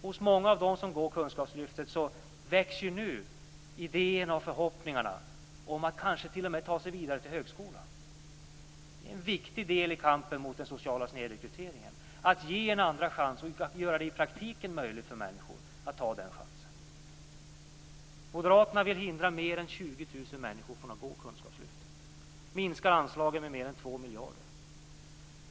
Hos många av dem som går kunskapslyftet växer nu idéerna och förhoppningarna om att kanske t.o.m. ta sig vidare till högskolan. Det är en viktig del i kampen mot den sociala snedrekryteringen att ge en andra chans och att göra det möjligt i praktiken för människor att ta den chansen. Moderaterna vill hindra mer än 20 000 människor att gå kunskapslyftet. Man minskar anslagen med mer än 2 miljarder.